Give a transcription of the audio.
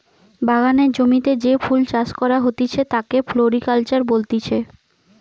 বাগানের জমিতে যে ফুল চাষ করা হতিছে তাকে ফ্লোরিকালচার বলতিছে